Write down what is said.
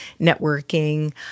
networking